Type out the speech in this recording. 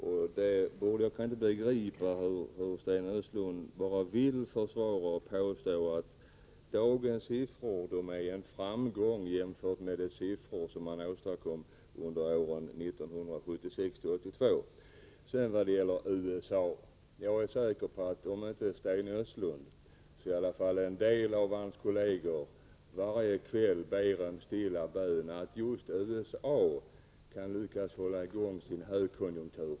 Jag kan inte begripa hur Sten Östlund vill påstå att dagens siffror innebär en framgång jämfört med den siffra som vi hade under åren 1976-1982. När det gäller USA är jag säker på att om inte Sten Östlund så i alla fall en del av hans kolleger varje kväll ber en stilla bön att just USA skall lyckas hålla uppe sin högkonjunktur.